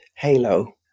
Halo